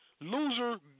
Loser